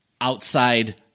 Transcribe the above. outside